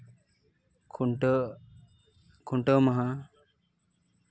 ᱠᱷᱩᱱᱴᱟᱹᱣ ᱠᱷᱩᱱᱴᱟᱹᱣ ᱢᱟᱦᱟ